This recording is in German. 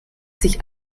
sich